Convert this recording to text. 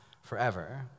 forever